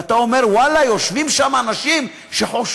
ואתה אומר: ואללה, יושבים שם אנשים שחושבים.